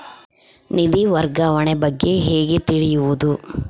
ನಿಧಿ ವರ್ಗಾವಣೆ ಬಗ್ಗೆ ಹೇಗೆ ತಿಳಿಯುವುದು?